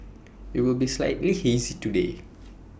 IT will be slightly hazy today